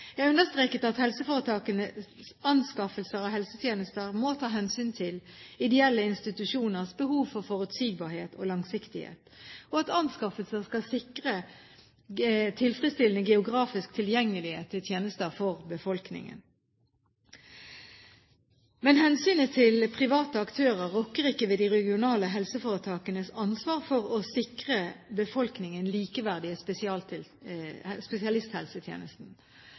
Jeg understreket at man ved helseforetakenes anskaffelser av helsetjenester må ta hensyn til ideelle institusjoners behov for forutsigbarhet og langsiktighet, og at anskaffelser skal sikre tilfredsstillende geografisk tilgjengelighet til tjenester for befolkningen. Men hensynet til private aktører rokker ikke ved de regionale helseforetakenes ansvar for å sikre befolkningen likeverdige